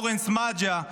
אורן סמדג'ה,